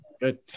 Good